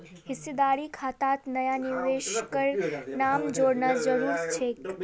हिस्सेदारी खातात नया निवेशकेर नाम जोड़ना जरूरी छेक